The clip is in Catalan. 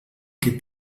que